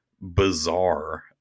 bizarre